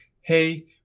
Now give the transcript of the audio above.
hey